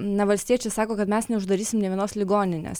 na valstiečiai sako kad mes neuždarysim nei vienos ligoninės